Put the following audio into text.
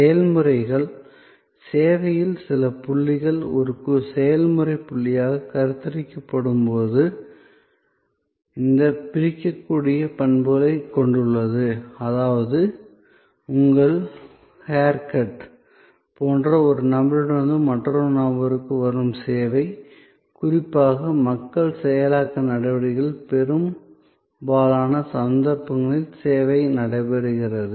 செயல்முறைகள் சேவையில் சில புள்ளிகள் ஒரு செயல்முறையாக கருத்தரிக்கப்படும்போது இந்த பிரிக்கமுடியாத பண்புகளைக் கொண்டுள்ளது அதாவது உங்கள் ஹேர்கட் போன்ற ஒரு நபரிடமிருந்து மற்றொரு நபருக்கு வரும் சேவை குறிப்பாக மக்கள் செயலாக்க சேவைகளில் பெரும்பாலான சந்தர்ப்பங்களில் சேவை நடைபெறுகிறது